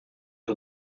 los